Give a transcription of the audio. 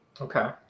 okay